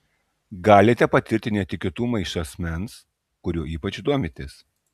galite patirti netikėtumą iš asmens kuriuo ypač domitės